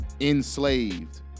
enslaved